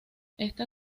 esta